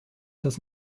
dass